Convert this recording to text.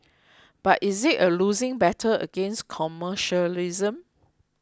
but is it a losing battle against commercialism